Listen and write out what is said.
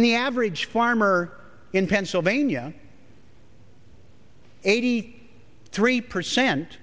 and the average farmer in pennsylvania eighty three percent